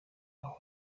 aho